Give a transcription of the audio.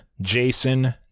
jason